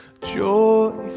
joy